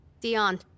Dion